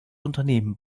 unternehmens